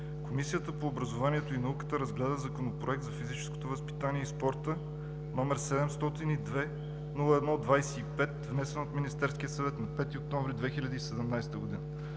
Комисията по образованието и науката разгледа Законопроект за физическото възпитание и спорта, № 702-01-25, внесен от Министерския съвет на 5 октомври 2017 г.